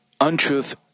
untruth